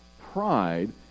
pride